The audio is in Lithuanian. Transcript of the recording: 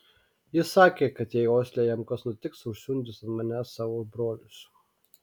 jis sakė kad jei osle jam kas nutiks užsiundys ant manęs savo brolius